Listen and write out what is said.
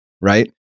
right